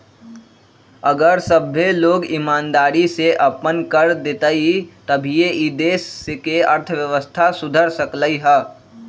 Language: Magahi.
अगर सभ्भे लोग ईमानदारी से अप्पन कर देतई तभीए ई देश के अर्थव्यवस्था सुधर सकलई ह